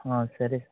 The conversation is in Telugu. సరే